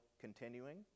continuing